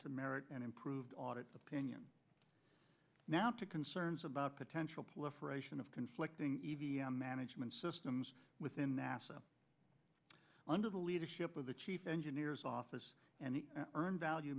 to merit and improve audit opinion now to concerns about potential political ration of conflicting management systems within nasa under the leadership of the chief engineers office and the current value